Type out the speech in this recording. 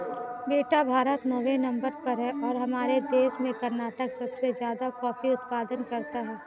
बेटा भारत नौवें नंबर पर है और हमारे देश में कर्नाटक सबसे ज्यादा कॉफी उत्पादन करता है